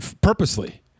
purposely